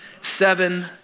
seven